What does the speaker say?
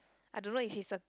I don't know if he is a